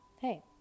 hey